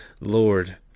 Lord